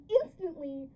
instantly